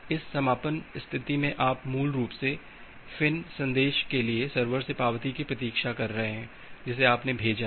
इस समापन स्थिति में आप मूल रूप से इस फ़िन् संदेश के लिए सर्वर से पावती की प्रतीक्षा कर रहे हैं जिसे आपने भेजा है